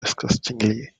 disgustingly